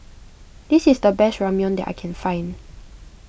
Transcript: this is the best Ramyeon that I can find